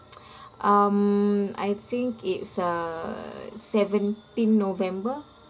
um I think it's uh seventeen november